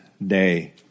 day